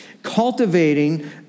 Cultivating